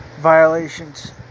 violations